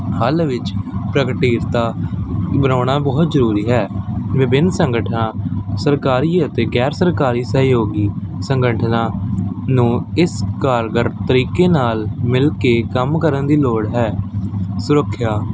ਹੱਲ ਵਿੱਚ ਪ੍ਰਗਟੇਰਤਾ ਬਣਾਉਣਾ ਬਹੁਤ ਜ਼ਰੂਰੀ ਹੈ ਵਿਭਿੰਨ ਸੰਗਠਨਾਂ ਸਰਕਾਰੀ ਅਤੇ ਗੈਰ ਸਰਕਾਰੀ ਸਹਿਯੋਗੀ ਸੰਗਠਨਾਂ ਨੂੰ ਇਸ ਕਾਰਗਰ ਤਰੀਕੇ ਨਾਲ ਮਿਲ ਕੇ ਕੰਮ ਕਰਨ ਦੀ ਲੋੜ ਹੈ ਸੁਰੱਖਿਆ